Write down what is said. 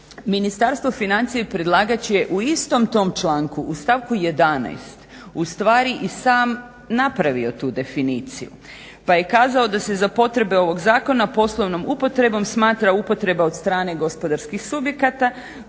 Ministarstvo financija i predlagač je u istom tom članku u stavku 11. ustvari i sam napravio tu definiciju, pa je kazao da se za potrebe ovog zakona poslovnom upotrebom smatra upotreba od strane gospodarskih subjekata